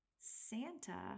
Santa